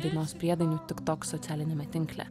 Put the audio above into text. dainos priedainiu tiktok socialiniame tinkle